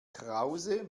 krause